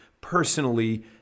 personally